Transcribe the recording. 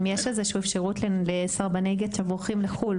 אם יש איזשהו אפשרות לסרבני גט שבורחים לחו"ל,